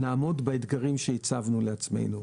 נעמוד באתגרים שהצבנו לעצמנו.